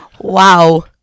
Wow